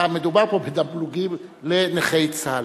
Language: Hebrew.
מדובר פה בתמלוגים לנכי צה"ל.